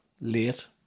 late